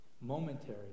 momentary